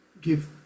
give